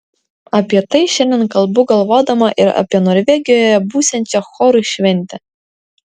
apie tai šiandien kalbu galvodama ir apie norvegijoje būsiančią chorų šventę